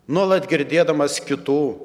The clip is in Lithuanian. nuolat girdėdamas kitų